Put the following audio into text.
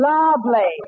Lovely